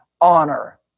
honor